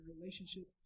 relationship